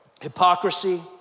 hypocrisy